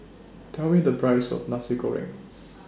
Tell Me The Price of Nasi Goreng